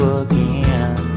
again